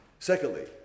Secondly